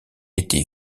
était